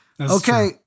Okay